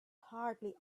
hardly